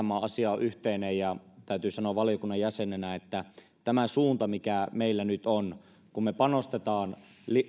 isänmaan asia on yhteinen ja täytyy sanoa valiokunnan jäsenenä että tämä suunta mikä meillä nyt on kun me panostamme